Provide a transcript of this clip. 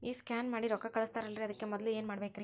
ಈ ಸ್ಕ್ಯಾನ್ ಮಾಡಿ ರೊಕ್ಕ ಕಳಸ್ತಾರಲ್ರಿ ಅದಕ್ಕೆ ಮೊದಲ ಏನ್ ಮಾಡ್ಬೇಕ್ರಿ?